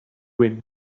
wind